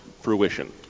fruition